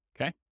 Okay